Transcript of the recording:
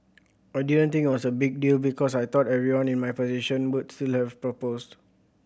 I didn't think it was a big deal because I thought everyone in my position would still have proposed